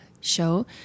show